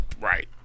Right